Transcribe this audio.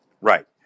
Right